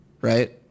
right